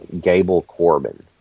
Gable-Corbin